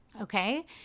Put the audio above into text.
Okay